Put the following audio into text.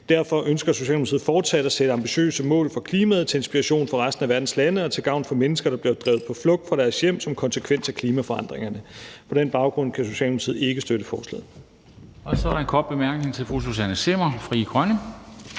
derfor ønsker Socialdemokratiet fortsat at sætte ambitiøse mål for klimaet til inspiration for resten af verdens lande og til gavn for mennesker, der bliver drevet på flugt fra deres hjem som konsekvens af klimaforandringerne. På den baggrund kan Socialdemokratiet ikke støtte forslaget. Kl. 14:43 Formanden (Henrik Dam Kristensen): Så er der en kort bemærkning til fru Susanne Zimmer, Frie Grønne.